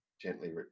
gently